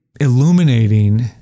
illuminating